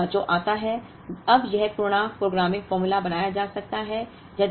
दूसरा मुद्दा जो आता है अब यह पूर्णांक प्रोग्रामिंग फॉर्मूला बनाया जा सकता है